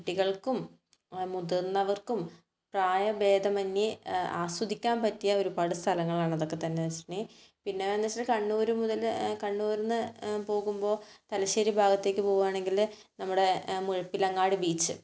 കുട്ടികൾക്കും മുതിർന്നവർക്കും പ്രായഭേദമെന്യേ ആസ്വദിക്കാൻ പറ്റിയ ഒരുപാട് സ്ഥലങ്ങളാണ് അതൊക്കെ തന്നെ എന്ന് വെച്ചിട്ടുണ്ടേ പിന്നെയെന്ന് വെച്ചിട്ടുണ്ടേ കണ്ണൂർ മുതൽ കണ്ണൂരിൽ നിന്ന് പോകുമ്പോൾ തലശ്ശേരി ഭാഗത്തേക്ക് പോകുകയാണെങ്കിൽ നമ്മുടെ മുഴുപ്പിലങ്ങാടി ബീച്ച്